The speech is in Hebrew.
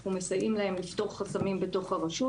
אנחנו מסייעים להם לפתור חסמים בתוך הרשות.